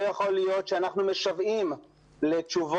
לא יכול להיות שאנחנו משוועים לתשובות